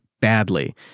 badly